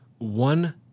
One